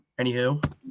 anywho